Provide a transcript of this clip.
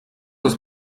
aus